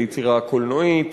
היצירה הקולנועית,